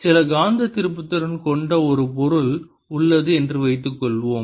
சில காந்த திருப்புத்திறன் கொண்ட ஒரு பொருள் உள்ளது என்று வைத்துக்கொள்வோம்